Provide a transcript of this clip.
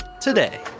today